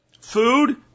Food